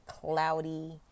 cloudy